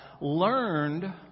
learned